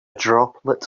droplet